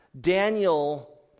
Daniel